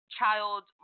child